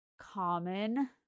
common